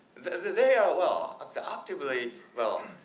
they are well adaptively well,